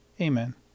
Amen